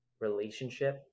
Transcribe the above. relationship